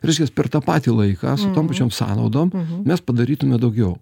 reiškias per tą patį laiką su tom pačiom sąnaudom mes padarytume daugiau